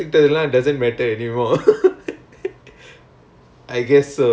uh it's like given that you have that knowledge